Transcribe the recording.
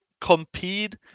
compete